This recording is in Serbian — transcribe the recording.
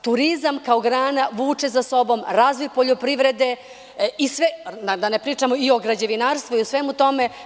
Turizam kao grana vuče za sobom razvoj poljoprivrede, a da ne pričam o građevinarstvu i o svemu tome.